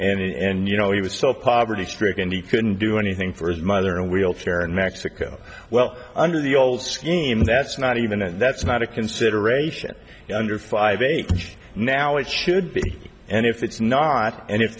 and and you know he was so poverty stricken he couldn't do anything for his mother and wheelchair in mexico well under the old scheme that's not even that's not a consideration under five eight now it should be and if it's not and if